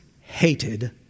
hated